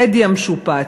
"טדי" המשופץ,